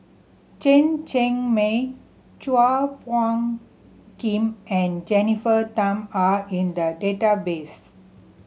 Chen Cheng Mei Chua Phung Kim and Jennifer Tham are in the database